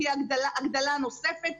תהיה הגדלה נוספת,